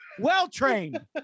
Well-trained